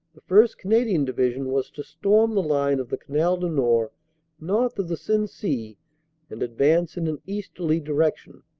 the first. canadian division was to storm the line of the canal du nord north of the sensee and advance in an easterly direction.